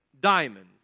diamond